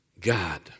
God